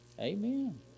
Amen